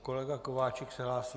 Kolega Kováčik se hlásí?